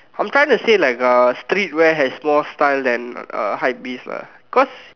I'm trying to say like uh streetwear has more style than uh hypebeast lah cause